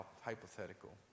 hypothetical